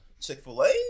Chick-fil-A